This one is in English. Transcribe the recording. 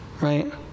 right